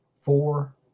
four